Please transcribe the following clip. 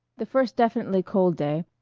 the first definitely cold day,